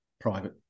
private